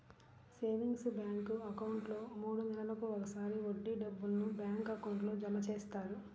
savings bank అకౌంట్లో మూడు నెలలకు ఒకసారి వడ్డీ డబ్బులను బ్యాంక్ అకౌంట్లో జమ చేస్తారు